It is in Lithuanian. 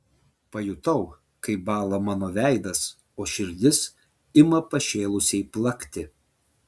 pajutau kaip bąla mano veidas o širdis ima pašėlusiai plakti